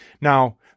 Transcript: Now